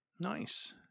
Nice